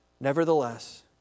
Nevertheless